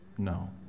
No